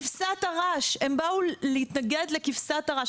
הם באו להתנגד לכבשת הרש.